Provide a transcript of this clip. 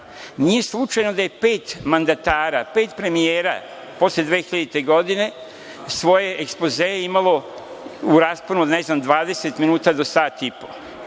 Nije slučajno da je pet mandatara, pet premijera posle 2000. godine svoje ekspozee imalo u rasponu od ne znam 20 minuta do sat i po.